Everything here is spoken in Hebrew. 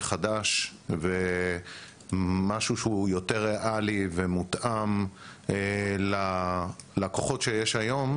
חדש ומשהו שהוא יותר ריאלי ומותאם ללקוחות שיש היום,